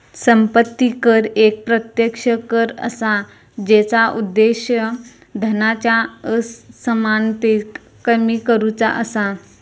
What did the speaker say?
संपत्ती कर एक प्रत्यक्ष कर असा जेचा उद्देश धनाच्या असमानतेक कमी करुचा असा